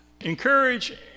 Encourage